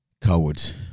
Cowards